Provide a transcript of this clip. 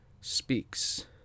speaks